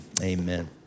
Amen